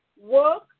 work